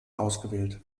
ausgewählt